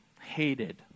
hated